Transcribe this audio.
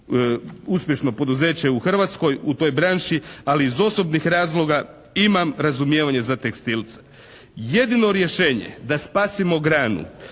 uspješno poduzeće u Hrvatskoj u toj branši. Ali iz osobnih razloga ima razumijevanje za tekstilce. Jedino rješenje da spasimo granu,